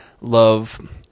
love